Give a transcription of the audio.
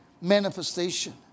manifestation